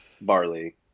barley